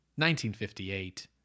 1958